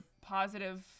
positive